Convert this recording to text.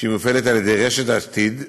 שמופעלת על ידי רשת עתיד,